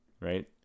right